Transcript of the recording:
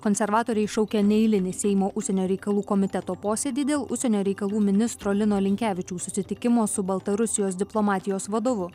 konservatoriai šaukia neeilinį seimo užsienio reikalų komiteto posėdį dėl užsienio reikalų ministro lino linkevičiaus susitikimo su baltarusijos diplomatijos vadovu